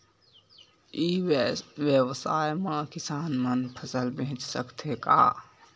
ई व्यवसाय म किसान मन फसल बेच सकथे का?